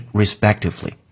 respectively